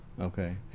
Okay